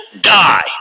die